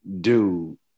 dude